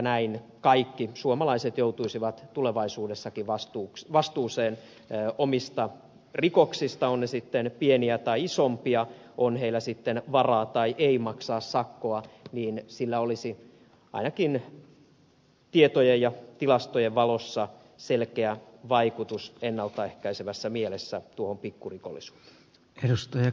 näin kaikki suomalaiset joutuisivat tulevaisuudessakin vastuuseen omista rikoksistaan ovat ne sitten pieniä tai isompia on heillä sitten varaa tai ei maksaa sakkoa ja sillä olisi ainakin tietojen ja tilastojen valossa selkeä vaikutus ennalta ehkäisevässä mielessä tuohon pikkurikollisuuteen